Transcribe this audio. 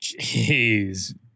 Jeez